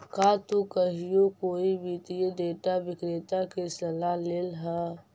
का तु कहियो कोई वित्तीय डेटा विक्रेता के सलाह लेले ह?